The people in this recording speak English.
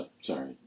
Sorry